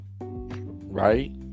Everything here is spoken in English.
right